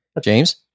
James